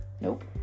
Nope